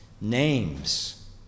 names